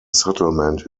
settlement